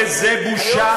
וזאת בושה,